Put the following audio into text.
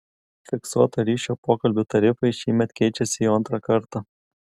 fiksuoto ryšio pokalbių tarifai šįmet keičiasi jau antrą kartą